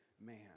man